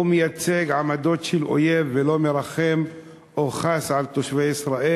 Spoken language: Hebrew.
הוא מייצג עמדות של אויב ולא מרחם או חס על תושבי ישראל.